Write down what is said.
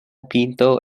pinto